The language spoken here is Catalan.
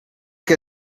que